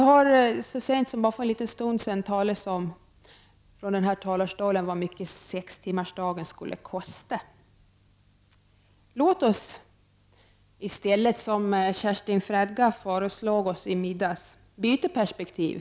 För bara en stund sedan sades det från denna talarstol att sextimmarsdagen skulle kosta mycket. Låt oss i stället, som Kerstin Fredga föreslog vid middagstid, byta perspektiv.